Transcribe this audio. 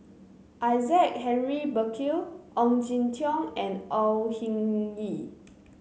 Isaac Henry Burkill Ong Jin Teong and Au Hing Yee